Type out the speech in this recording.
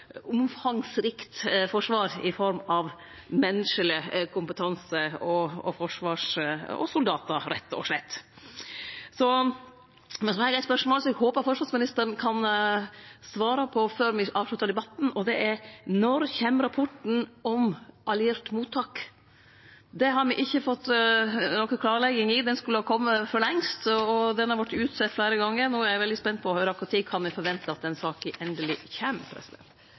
omfangsrikt forsvar i form av menneskeleg kompetanse og soldatar, rett og slett. Eg har eit spørsmål, som eg håpar at forsvarsministeren kan svare på før me avsluttar debatten, og det er: Når kjem rapporten om alliert mottak? Det har me ikkje fått klarlagt. Han skulle ha kome for lengst og har vorte utsett fleire gonger. No er eg veldig spent på å høyre kva tid me kan forvente at den saka endeleg kjem.